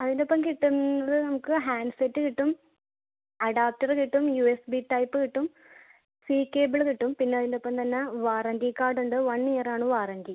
അതിൻറ്റൊപ്പം കിട്ടുന്നത് നമുക്ക് ഹാൻഡ്സെറ്റ് കിട്ടും അഡാപ്റ്ററ് കിട്ടും യു എസ് ടൈപ്പ് കിട്ടും സി കേബിള് കിട്ടും പിന്നെ അതിൻറ്റൊപ്പം തന്നെ വാറണ്ടി കാർഡുണ്ട് വൺ ഇയറാണ് വാറണ്ടി